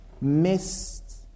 missed